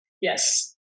yes